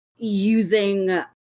Using